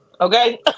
Okay